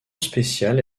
spéciale